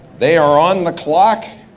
they are on the clock.